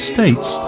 States